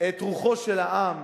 את רוחו של העם